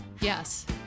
Yes